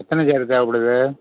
எத்தனை சேரு தேவைப்படுது